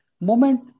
Moment